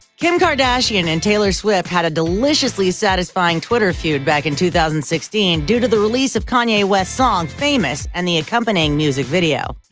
kim kardashian and taylor swift had a deliciously satisfying twitter feud back in two thousand and sixteen due to the release of kanye west's song, famous and the accompanying music video.